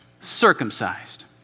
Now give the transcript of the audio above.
circumcised